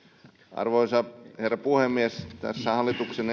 arvoisa herra puhemies tästä hallituksen